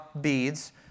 beads